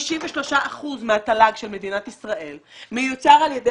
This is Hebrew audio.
53 אחוזים מהתל"ג של מדינת ישראל מיוצר על ידי